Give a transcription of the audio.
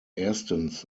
erstens